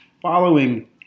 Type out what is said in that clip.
following